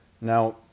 Now